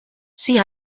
sie